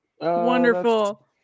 Wonderful